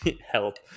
help